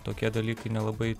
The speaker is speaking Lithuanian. tokie dalykai nelabai